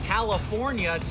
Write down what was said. California